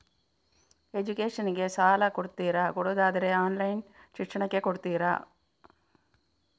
Education ಗೆ ಸಾಲ ಕೊಡ್ತೀರಾ, ಕೊಡುವುದಾದರೆ ಆನ್ಲೈನ್ ಶಿಕ್ಷಣಕ್ಕೆ ಕೊಡ್ತೀರಾ?